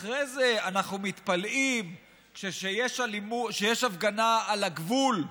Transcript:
אחרי זה אנחנו מתפלאים שכשיש הפגנה על הגבול,